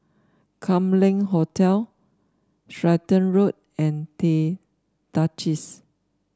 Kam Leng Hotel Stratton Road and The Duchess